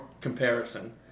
comparison